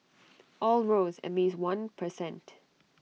all rose at least one per cent